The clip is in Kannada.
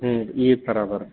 ಹ್ಞೂ ಈ ಥರ ಬರತ್ತೆ